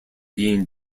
being